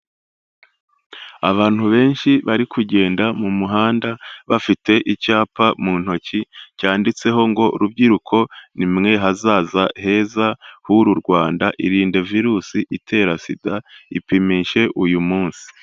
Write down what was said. Abantu benshi bari kugenda mu muhanda bafite icyapa mu ntoki cyanditseho ngo rubyiruko ni mwe hazaza heza h'uru Rwanda, irinde virusi itera SIDA, ipimishe uyu munsi.